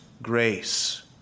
grace